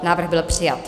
Návrh byl přijat.